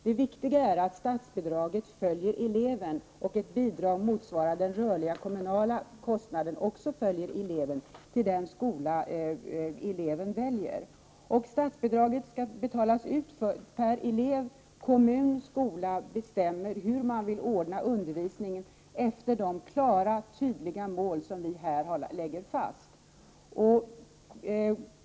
Det viktiga är att statsbidraget följer eleven och att ett bidrag motsvarande den rörliga kommunala kostnaden också följer eleven till den skola eleven väljer. Statsbidraget skall betalas ut per elev. Kommun och skola bestämmer hur de vill ordna undervisningen efter de klara och tydliga mål som vi här lägger fast.